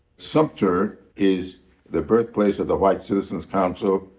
sumter is the birthplace of the white citizens council.